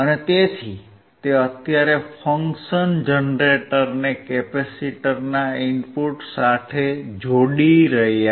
તેથી તે અત્યારે ફંક્શન જનરેટરને કેપેસિટરના ઇનપુટ સાથે જોડી રહ્યા છે